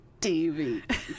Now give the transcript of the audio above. TV